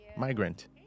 migrant